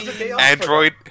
Android